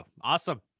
Awesome